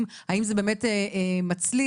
האם זה באמת מצליח,